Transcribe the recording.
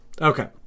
Okay